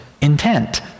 intent